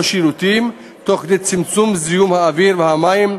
שירותים תוך כדי צמצום זיהום האוויר והמים,